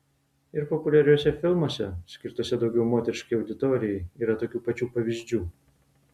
ir populiariuose filmuose skirtuose daugiau moteriškai auditorijai yra tokių pačių pavyzdžių